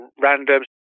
random